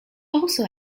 also